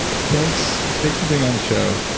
thanks thanks for being on the show.